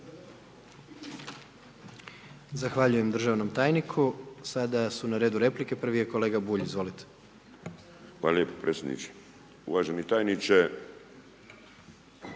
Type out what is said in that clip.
Zahvaljujem državnom tajniku. Sada su na redu replike, prvi je kolega Bulj, izvolite. **Bulj, Miro (MOST)** Hvala lijepo predsjedniče. Uvaženi tajniče,